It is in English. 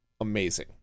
amazing